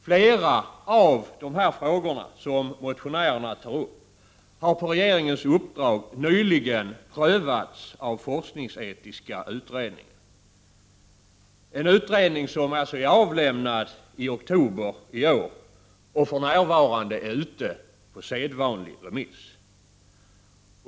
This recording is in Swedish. Flera av de frågor som motionärerna tar upp har på regeringens uppdrag nyligen prövats av forskningsetiska utredningen, en utredning som avlämnades i oktober i år och för närvarande är ute på sedvanlig remiss.